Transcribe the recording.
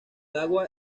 agua